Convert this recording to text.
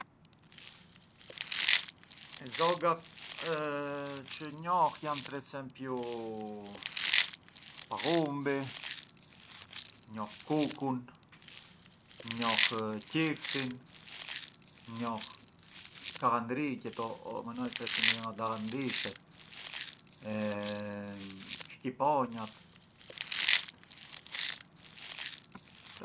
Zogat çë njoh jan per esempiu pallumbi, njoh kukun, njoh qiftin, njoh kallandriqet o na i thomi midhema dallandrishet, shqiponjat.